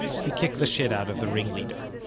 he kicked the shit out of the ringleader